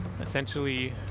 essentially